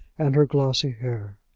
and her glossy hair.